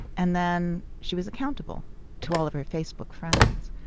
and then she was accountable to all of her facebook friends.